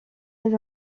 très